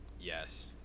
Yes